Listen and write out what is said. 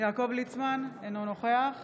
יעקב ליצמן, אינו נוכח